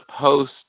post